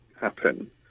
happen